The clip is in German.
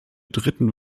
dritten